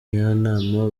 njyanama